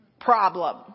problem